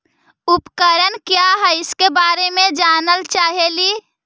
उपकरण क्या है इसके बारे मे जानल चाहेली?